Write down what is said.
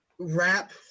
Rap